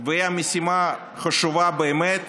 והמשימה החשובה באמת